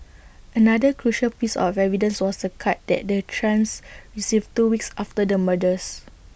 another crucial piece of evidence was A card that the trans received two weeks after the murders